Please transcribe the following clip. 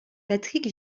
patrick